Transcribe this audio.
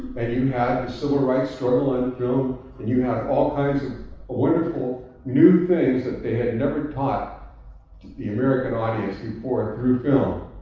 and you have the civil rights struggling through. and you have all kinds of wonderful new things that they had never taught the american audience before through film.